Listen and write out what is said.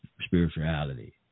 spirituality